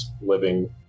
living